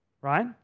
right